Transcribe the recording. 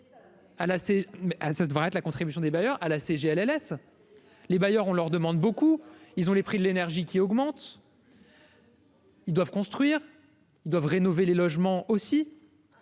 ça devrait être la contribution des bailleurs à la CGLLS, les bailleurs, on leur demande beaucoup, ils ont les prix de l'énergie qui augmente. Ils doivent construire, ils doivent rénover les logements aussi,